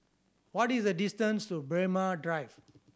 what is the distance to Braemar Drive